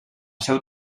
seu